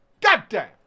Goddamn